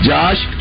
Josh